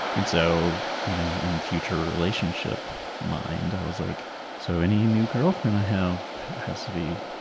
and so you know in future relationship mind, i was like so, any new girlfriend i have has to be,